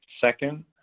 Second